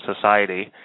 society